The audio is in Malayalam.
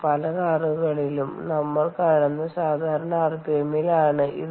പല കാറുകളിലും നമ്മൾ കാണുന്ന സാധാരണ ആർപിഎമ്മിലാണ് ഇത്